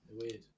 Weird